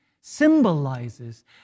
symbolizes